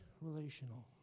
relational